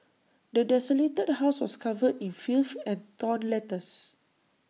the desolated house was covered in filth and torn letters